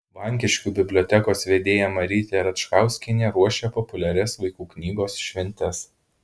vankiškių bibliotekos vedėja marytė račkauskienė ruošia populiarias vaikų knygos šventes